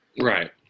right